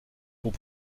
pour